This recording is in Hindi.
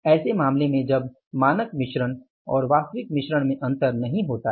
ऐसे मामले में जब मानक मिश्रण और वास्तविक मिश्रण में अंतर नहीं होता है